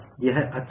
यह अच्छा है